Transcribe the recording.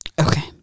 Okay